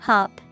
Hop